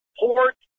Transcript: port